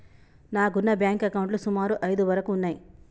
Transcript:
నాకున్న బ్యేంకు అకౌంట్లు సుమారు ఐదు వరకు ఉన్నయ్యి